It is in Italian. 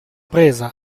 presa